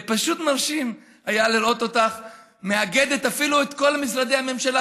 פשוט מרשים היה לראות אותך מאגדת אפילו את כל משרדי הממשלה,